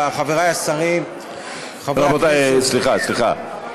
חבריי השרים, סליחה, סליחה.